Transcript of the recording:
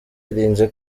yirinze